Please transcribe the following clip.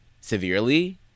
severely